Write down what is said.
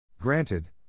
Granted